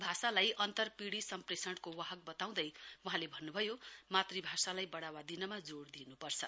भाषालाई अन्तर पिढ़ी सम्प्रेषणको बाहक बताउँदै वहाँले भन्न्भयो मातृभाषालाई बढ़ावा दिनमा जोइ दिन्पर्छ